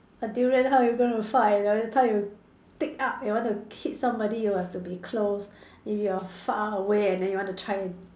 a durian how are you going to fight by the time you take up and want to hit somebody you have to be close if you are far away and then you want to try and